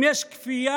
אם יש כפייה,